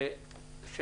אני רוצה לשאול